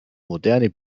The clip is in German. moderne